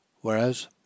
Whereas